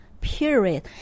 period